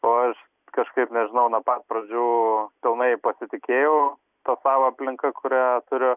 o aš kažkaip nežinau nuo pat pradžių pilnai pasitikėjau ta savo aplinka kurią turiu